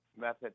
method